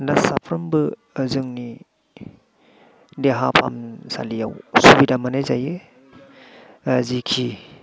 दा साफ्रोमबो जोंनि देहा फाहामसालियाव सुबिदा मोननाय जायो जेखि